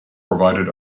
provided